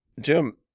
Jim